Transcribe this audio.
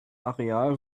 areal